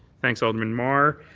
thanks, alderman mar.